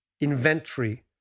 inventory